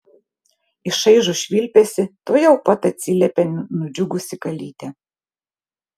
į šaižų švilpesį tuojau pat atsiliepė nudžiugusi kalytė